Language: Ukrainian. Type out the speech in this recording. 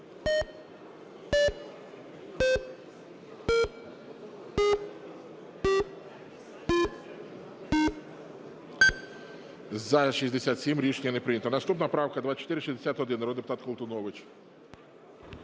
За-67 Рішення не прийнято. Наступна правка 2461, народний депутат Колтунович.